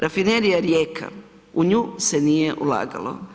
Rafinerija Rijeka, u nju se nije ulagalo.